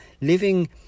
living